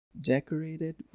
Decorated